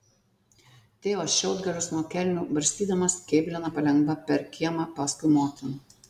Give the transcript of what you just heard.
tėvas šiaudgalius nuo kelnių barstydamas kėblina palengva per kiemą paskui motiną